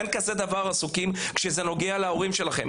אין דבר כזה עסוקים כשזה נוגע להורים שלכם.